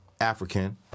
African